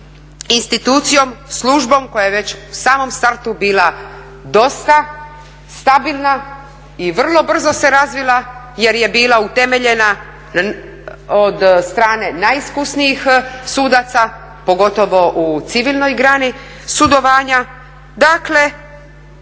institucijom, službom koja je već u samom startu bila dosta stabilna i vrlo brzo se razvila jer je bila utemeljena od strane najiskusnijih sudaca, pogotovo u civilnoj grani sudovanja.